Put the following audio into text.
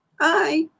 Hi